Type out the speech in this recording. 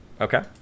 Okay